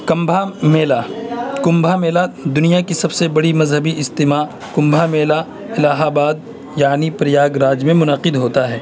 کمبھ میلہ کمبھ میلہ دنیا کی سب سے بڑی مذہبی اجتماع کمبھا میلہ الہ آباد یعنی پریاگ راج میں منعقد ہوتا ہے